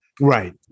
Right